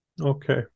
okay